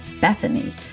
Bethany